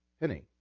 penny